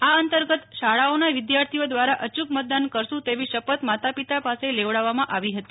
આ અંતર્ગત શાળાઓના વિદ્યાર્થીઓ દ્વારા અયૂક મતદાન કરશું તેવી શપથ માતાપિતા પાસે લેવડાવામાં આવી હતી